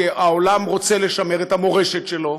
כי העולם רוצה לשמר את המורשת שלו.